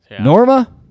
Norma